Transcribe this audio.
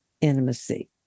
intimacy